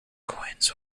coins